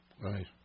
Right